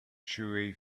chewy